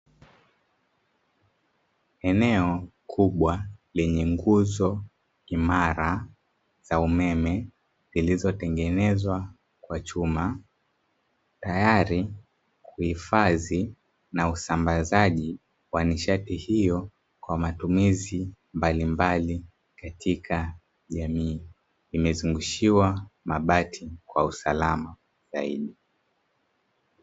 Eneo kubwa lenye nguzo imara za umeme zilizotengenezwa kwa chuma, tayari kuhifadhi na usambazaji wa nishati hiyo kwa matumizi mbalimbali katika jamii, imezungushiwa mabati kwa usalama zaidi.